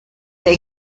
the